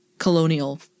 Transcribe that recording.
colonial